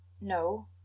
No